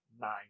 Nine